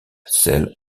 selle